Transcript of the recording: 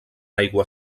aigua